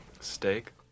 Steak